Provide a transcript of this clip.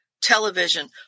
television